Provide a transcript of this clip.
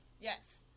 yes